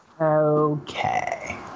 Okay